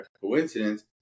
coincidence